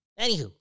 Anywho